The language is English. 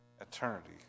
eternity